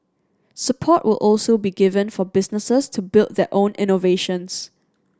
support will also be given for businesses to build their own innovations